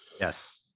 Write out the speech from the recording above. Yes